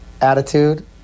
attitude